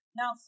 now